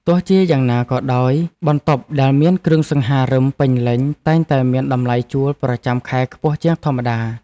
ទោះជាយ៉ាងណាក៏ដោយបន្ទប់ដែលមានគ្រឿងសង្ហារិមពេញលេញតែងតែមានតម្លៃជួលប្រចាំខែខ្ពស់ជាងធម្មតា។